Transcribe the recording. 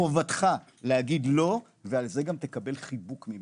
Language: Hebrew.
חובתך להגיד לא ועל זה גם תקבל חיבוק ממני,